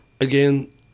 Again